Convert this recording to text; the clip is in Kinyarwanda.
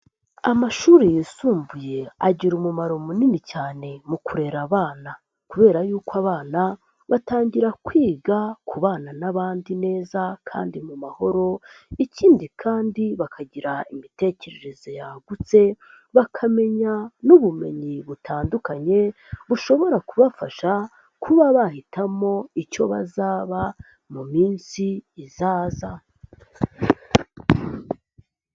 Amashuri yisumbuye agira umumaro munini cyane mu kurera abana kubera yuko abana batangira kwiga kubana n'abandi neza kandi mu mahoro, ikindi kandi bakagira imitekerereze yagutse, bakamenya n'ubumenyi butandukanye bushobora kubafasha kuba bahitamo icyo bazaba mu minsi izaza.